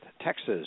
texas